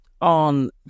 on